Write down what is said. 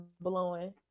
blowing